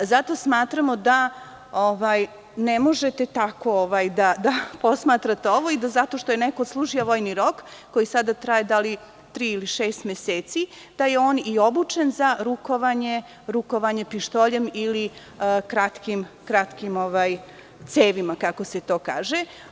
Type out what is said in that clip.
Zato smatramo da ne možete tako da posmatrate ovo i da zato što je neko odslužio vojni rok, koji sada traje da li tri ili šest meseci, da je on i obučen za rukovanje pištoljem ili kratkim cevima, kako se to kaže.